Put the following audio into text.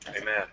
Amen